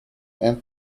and